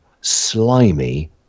slimy